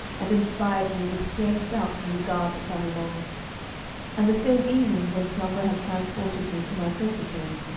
and inspired me with strange doubts in regard to clarimonde and the same evening, when slumber had transported me to my presbytery,